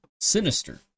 Sinister